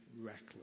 reckless